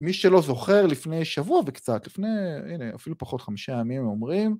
מי שלא זוכר, לפני שבוע וקצת, לפני, הנה, אפילו פחות חמישה ימים, אומרים...